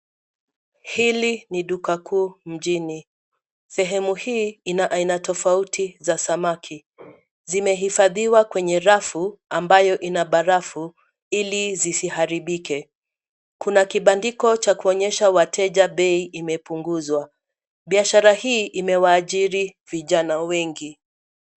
Hili ni duka kuu mjini. Sehemu hii ina aina tofauti za samaki. Zimehifadhiwa kwenye rafu ambayo ina barafu ili zisiharibike. Kuna kibandiko cha kuonyesha wateja bei imepunguzwa. Biashara hii imewaajiri vijana wengi.